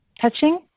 touching